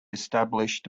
established